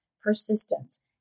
persistence